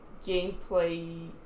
gameplay